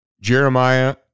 Jeremiah